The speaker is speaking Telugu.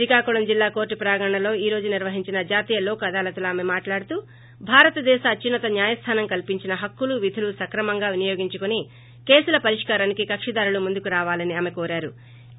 శ్రీకాకుళం జిల్లా కోర్లు ప్రాంగణంలో ఈ రోజు నిర్వహించిన జాతీయ లోక్ అదాలత్ లో ఆమె మాట్లాడుతూ భారత దేశ అత్యున్నత న్యాయస్లానం కల్పించిన హక్కులు విధులు సక్రమంగా వినియోగించుకోని కేసుల పరిష్కారానికే కక్షి దారులు ముందుకు రావాలని ఆమె కోరారు